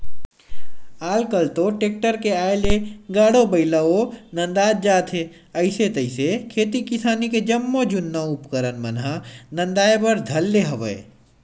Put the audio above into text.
आल कल तो टेक्टर के आय ले गाड़ो बइलवो नंदात जात हे अइसे तइसे खेती किसानी के जम्मो जुन्ना उपकरन मन ह नंदाए बर धर ले हवय